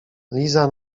liza